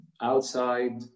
outside